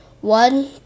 One